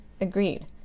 Agreed